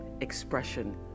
expression